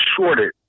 shorted